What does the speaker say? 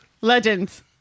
Legends